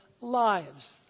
lives